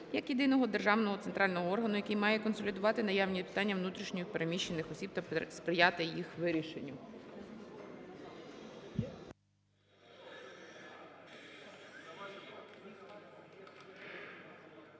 як єдиного державного центрального органу, який має консолідувати наявні питання внутрішньо переміщених осіб та сприяти їх вирішенню.